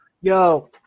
Yo